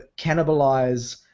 cannibalize